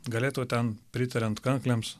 galėtų ten pritariant kanklėms